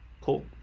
Cool